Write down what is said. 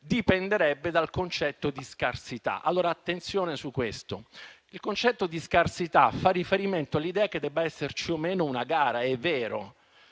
dipenderebbe dal concetto di scarsità. Attenzione su questo. Il concetto di scarsità fa riferimento all'idea che debba esserci o meno una gara, è vero;